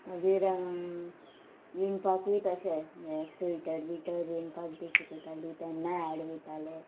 मागीर विणपाकूय तशें स्विटर विटर विणपाक बी शिकयताली तेन्नाय एड वयताले